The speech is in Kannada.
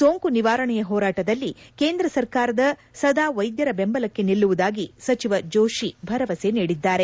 ಸೋಂಕು ನಿವಾರಣೆಯ ಹೋರಾಟದಲ್ಲಿ ಕೇಂದ್ರ ಸರ್ಕಾರದ ಸದಾ ವೈದ್ಯರ ಬೆಂಬಲಕ್ಕೆ ನಿಲ್ಲುವುದಾಗಿ ಸಚಿವ ಜೋಶಿ ಭರವಸೆ ನೀಡಿದ್ದಾರೆ